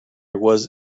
was